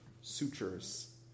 sutures